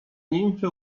nimfy